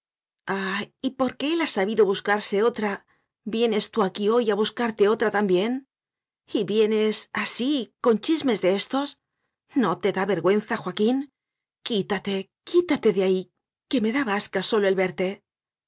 ah y porque él ha sabido buscarse otra vienes tú aquí hoy a buscarte otra también y vienes así con chismes de estos no te da vergüenza joaquín quítate quítate de ahí que me da bascas sólo el verte